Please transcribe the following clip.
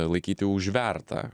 laikyti užvertą